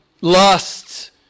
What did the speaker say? lusts